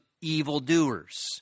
evildoers